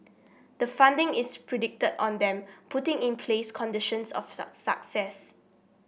the funding is predicated on them putting in place conditions of success